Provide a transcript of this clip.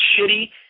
shitty